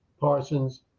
parsons